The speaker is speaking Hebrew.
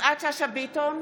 יפעת שאשא ביטון,